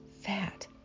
fat